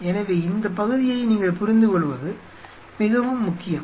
எனவே இந்த பகுதியை நீங்கள் புரிந்துகொள்வது மிகவும் முக்கியம்